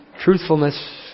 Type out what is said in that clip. truthfulness